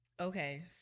Okay